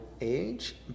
age